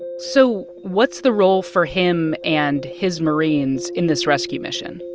so what's the role for him and his marines in this rescue mission?